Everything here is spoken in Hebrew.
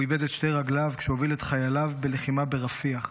הוא איבד את שתי רגליו כשהוביל את חייליו בלחימה ברפיח.